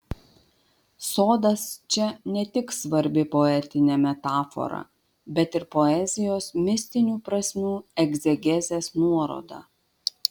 sodas čia ne tik svarbi poetinė metafora bet ir poezijos mistinių prasmių egzegezės nuoroda